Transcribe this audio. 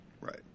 Right